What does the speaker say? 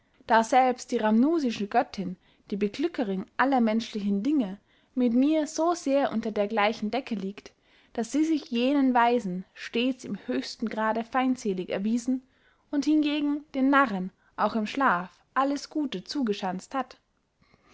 da selbst die rhamnusische göttinn die beglückerinn aller menschlichen dinge mit mir so sehr unter dergleichen decke liegt daß sie sich jenen weisen stets im höchsten grade feindselig erwiesen und hingegen den narren auch im schlaf alles gute zugeschanzet hat